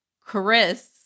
Chris